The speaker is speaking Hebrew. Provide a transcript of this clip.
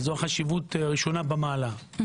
זו החשיבות הראשונה במעלה,